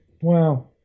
Wow